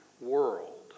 world